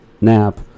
nap